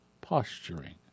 posturing